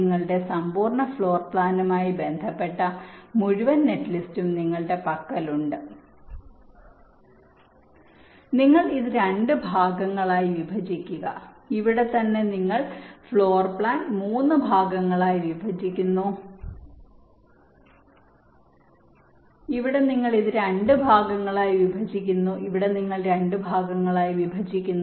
നിങ്ങൾ ഇത് 3 ഭാഗങ്ങളായി വിഭജിക്കുക ഇവിടെ തന്നെ നിങ്ങൾ ഫ്ലോർ പ്ലാൻ 3 ഭാഗങ്ങളായി വിഭജിക്കുന്നു ഇവിടെ നിങ്ങൾ ഇത് 2 ഭാഗങ്ങളായി വിഭജിക്കുന്നു ഇവിടെ നിങ്ങൾ 2 ഭാഗങ്ങളായി വിഭജിക്കുന്നു